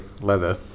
leather